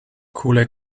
coole